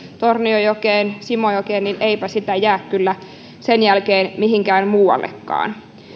tornionjokeen simojokeen niin eipä sitä jää kyllä sen jälkeen mihinkään muuallekaan